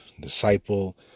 disciple